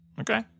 Okay